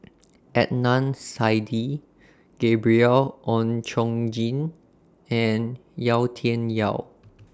Adnan Saidi Gabriel Oon Chong Jin and Yau Tian Yau